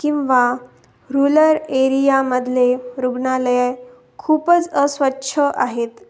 किंवा रुलर एरियामधले रुग्णालये खूपच अस्वच्छ आहेत